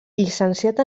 llicenciat